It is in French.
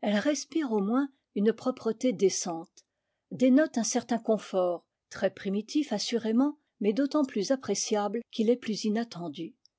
elle respire au moins une propreté décente dénote un certain confort très primitif assurément mais d'autant plus appréciable qu'il est plus inattendu